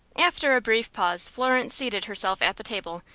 after a brief pause florence seated herself at the table,